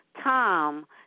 Tom